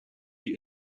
die